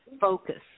Focus